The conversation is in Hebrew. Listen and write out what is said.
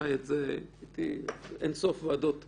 הייתי באין סוף ועדות מכרזים.